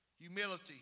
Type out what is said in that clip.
humility